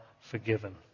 forgiven